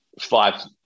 five